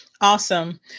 Awesome